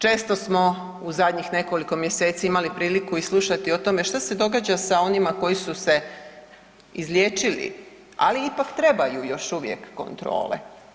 Često smo u zadnjih nekoliko mjeseci imali priliku i slušati o tome šta se događa sa onima koji su se izliječili ali ipak trebaju još uvijek kontrole.